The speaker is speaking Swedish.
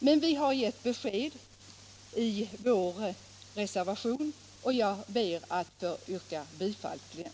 Men vi har gett besked i vår reservation, och jag ber att få yrka bifall till den.